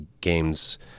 games